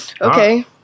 Okay